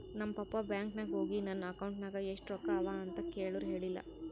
ನಮ್ ಪಪ್ಪಾ ಬ್ಯಾಂಕ್ ನಾಗ್ ಹೋಗಿ ನನ್ ಅಕೌಂಟ್ ನಾಗ್ ಎಷ್ಟ ರೊಕ್ಕಾ ಅವಾ ಅಂತ್ ಕೇಳುರ್ ಹೇಳಿಲ್ಲ